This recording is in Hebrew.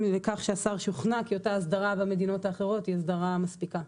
לכך שהשר שוכנע כי אותה אסדרה במדינות אחרות היא אסדרה מספיקה.